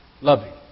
loving